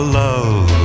love